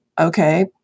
okay